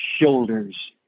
shoulders